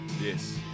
Yes